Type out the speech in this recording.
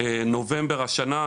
חודש נובמבר שנת 2023,